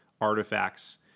artifacts